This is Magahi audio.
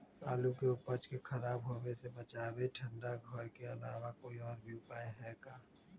आलू के उपज के खराब होवे से बचाबे ठंडा घर के अलावा कोई और भी उपाय है का?